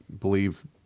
believe